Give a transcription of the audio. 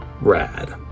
rad